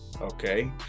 Okay